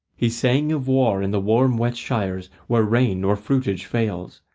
he sang of war in the warm wet shires, where rain nor fruitage fails,